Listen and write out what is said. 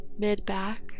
mid-back